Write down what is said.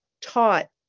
taught